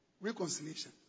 Reconciliation